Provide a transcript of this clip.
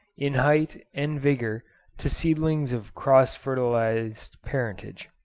in height and vigour to seedlings of cross-fertilised parentage.